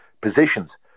positions